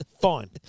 Fine